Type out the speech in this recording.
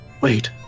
wait